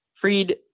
freed